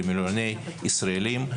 למיליוני ישראלים.